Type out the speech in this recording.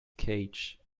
cage